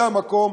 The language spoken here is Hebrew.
זה המקום?